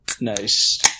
Nice